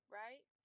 right